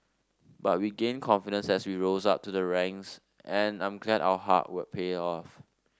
but we gained confidence as we rose up to the ranks and I'm glad our hard work paid off